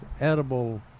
edible